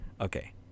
Okay